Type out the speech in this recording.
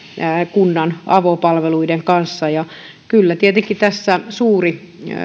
kunnan avopalveluiden kanssa kyllä tietenkin tässä suuri